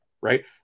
Right